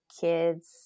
kids